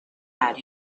had